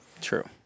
True